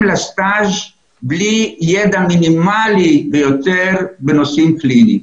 להתמחות בלי ידע מינימלי ביותר בנושאים קליניים.